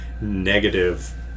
negative